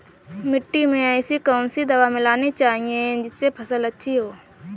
मिट्टी में ऐसी कौन सी दवा मिलाई जानी चाहिए जिससे फसल अच्छी हो?